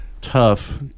tough